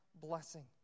blessing